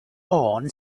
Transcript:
own